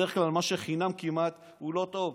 בדרך כלל מה שכמעט חינם הוא לא טוב,